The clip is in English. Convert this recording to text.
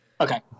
Okay